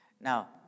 Now